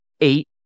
eight